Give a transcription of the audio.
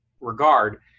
regard